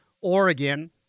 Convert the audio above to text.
Oregon